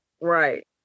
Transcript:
Right